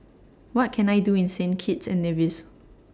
What Can I Do in Saint Kitts and Nevis